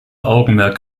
augenmerk